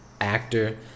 actor